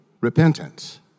repentance